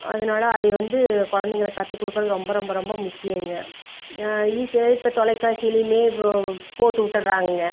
அதனால அதே வந்து குழந்தைங்களுக்கு கற்று கொடுக்கிறது ரொம்ப ரொம்ப ரொம்ப முக்கியங்க ஈஸியாக இப்போ தொலைக்காட்சிலேமே இப்போது போட்டு விட்டுறாங்கங்க